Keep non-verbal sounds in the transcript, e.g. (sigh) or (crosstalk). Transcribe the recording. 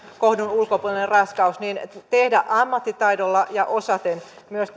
kohdun ulkopuolinen raskaus tehdä ammattitaidolla ja osaten myös (unintelligible)